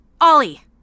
Ollie